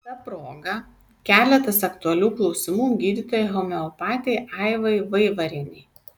ta proga keletas aktualių klausimų gydytojai homeopatei aivai vaivarienei